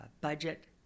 budget